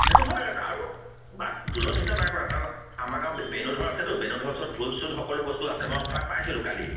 সেইটো হয় আৰু ঢোলৰ চিন্তা নাই কৰা কাৰণ আমাৰ গাঁৱৰ বেণুধৰ আছেতো বেণুধৰ ওচৰত ঢোল চোল সকলো বস্তু আছে মই পাইছিলোঁ কালি